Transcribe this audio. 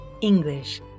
English